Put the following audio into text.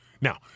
Now